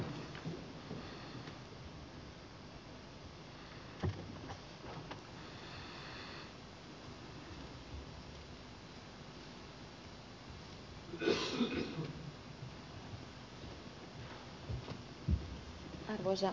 arvoisa puhemies